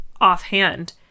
offhand